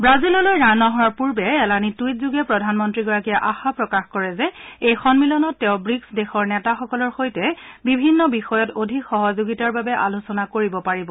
ব্ৰাজিললৈ ৰাওনা হোৱাৰ পূৰ্বে এলানি টুইটযোগে প্ৰধানমন্ত্ৰীগৰাকীয়ে আশা প্ৰকাশ কৰে যে এই সন্মিলনত তেওঁ ৱিকছ দেশৰ নেতাসকলৰ সৈতে বিভিন্ন বিষয়ত অধিক সহযোগিতাৰ বাবে আলোচনা কৰিব পাৰিব